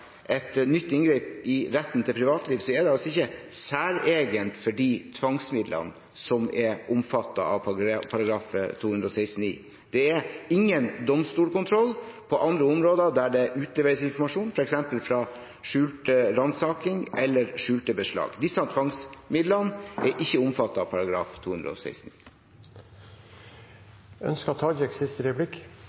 et nytt inngrep i retten til privatliv, så er det ikke særegent for de tvangsmidlene som er omfattet av § 216-9. Det er ingen domstolkontroll på andre områder der det utleveres informasjon, f.eks. fra skjult ransaking eller skjulte beslag. Disse tvangsmidlene er ikke omfattet av